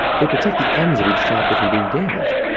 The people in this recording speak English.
they protect the ends of each chapter from being damaged,